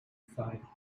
five